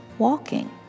walking